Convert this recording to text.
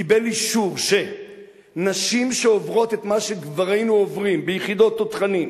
קיבל אישור שנשים שעוברות את מה שגברינו עוברים ביחידות תותחנים,